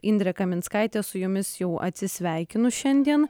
indrė kaminskaitė su jumis jau atsisveikinu šiandien